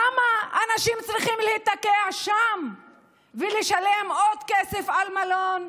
למה אנשים צריכים להיתקע שם ולשלם עוד כסף על מלון,